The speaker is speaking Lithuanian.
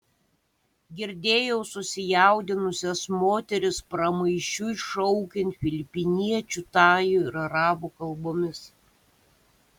girdėjau susijaudinusias moteris pramaišiui šaukiant filipiniečių tajų ir arabų kalbomis